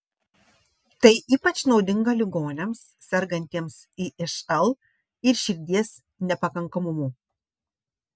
tai ypač naudinga ligoniams sergantiems išl ir širdies nepakankamumu